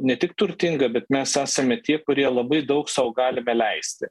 ne tik turtinga bet mes esame tie kurie labai daug sau galime leisti